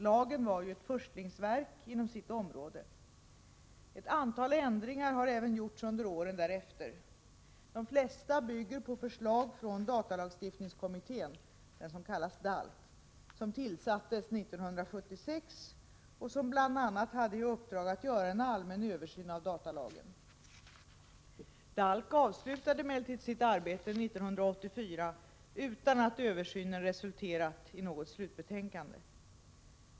Lagen var ju ett förstlingsverk inom sitt område. Ett antal ändringar har även gjorts under åren därefter. De flesta bygger på förslag från datalagstiftningskommittén , som tillsattes år 1976 och som bl.a. hade i uppdrag att göra en allmän översyn av datalagen. DALK avslutade emellertid sitt arbete år 1984 utan att översynen resulterade i något slutbetänkande.